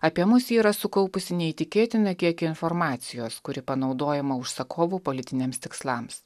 apie mus ji yra sukaupusi neįtikėtiną kiekį informacijos kuri panaudojama užsakovų politiniams tikslams